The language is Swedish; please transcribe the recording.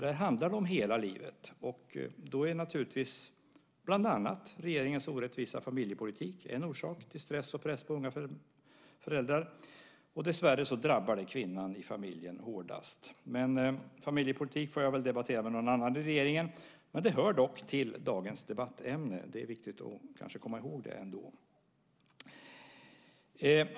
Här handlar det om hela livet, och då är naturligtvis bland annat regeringens orättvisa familjepolitik en orsak till stress och press på unga föräldrar. Dessvärre drabbar det kvinnan i familjen hårdast. Familjepolitik får jag väl debattera med någon annan i regeringen, men det hör dock till dagens debattämne. Det är ändå viktigt att komma ihåg det.